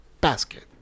basket